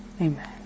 Amen